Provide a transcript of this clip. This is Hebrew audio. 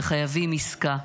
וחייבים עסקה.